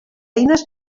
eines